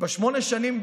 שמונה שנים,